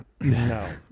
No